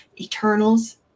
Eternals